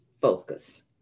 focus